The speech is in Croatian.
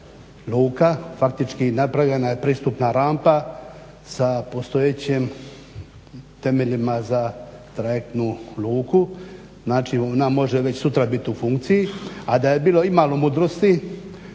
luka, faktički napravljena je pristupna rampa sa postojećim temeljima za trajektnu luku. Znači, ona može već sutra biti u funkciji. A da je bilo imalo mudrosti